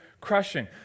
crushing